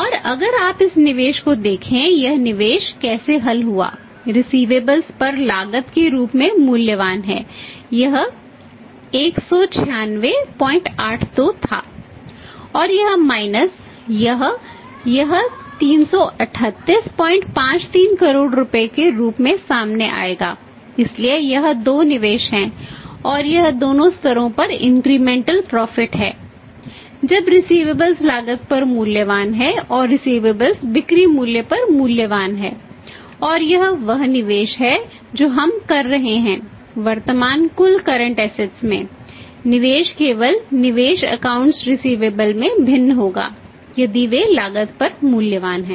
और अगर आप इस निवेश को देखें यह निवेश कैसे हल हुआ रिसिवेबल्स में भिन्न होगा यदि वे लागत पर मूल्यवान हैं